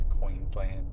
Queensland